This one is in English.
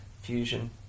fusion